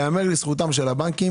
ייאמר לזכות הבנקים